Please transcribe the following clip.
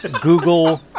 Google